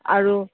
আৰু